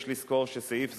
יש לזכור שסעיף זה,